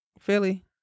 Philly